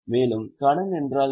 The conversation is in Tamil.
மேலும் கடன் என்றால் என்ன